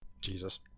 Jesus